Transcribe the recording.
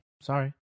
Sorry